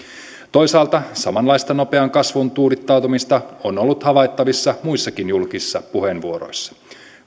toisaalta samanlaista nopeaan kasvuun tuudittautumista on ollut havaittavissa muissakin julkisissa puheenvuoroissa